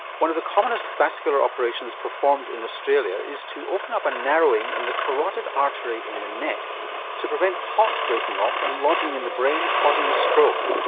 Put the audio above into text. one of the commonest vascular operations performed in australia is to open up a narrowing in the carotid artery in the neck to prevent clots breaking off and lodging in the brain causing a stroke.